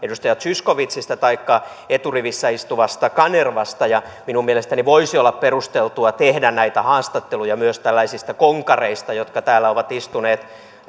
zyskowiczista taikka eturivissä istuvasta kanervasta minun mielestäni voisi olla perusteltua tehdä näitä haastatteluja myös tällaisista konkareista jotka täällä ovat istuneet